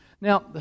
Now